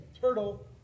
turtle